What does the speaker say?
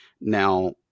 Now